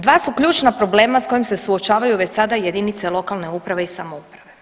Dva su ključna problema s kojim se suočavaju već sada jedinice lokalne uprave i samouprave.